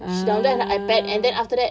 ah